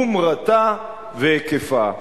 חומרתה והיקפה.